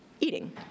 eating